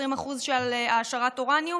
20% של העשרת אורניום,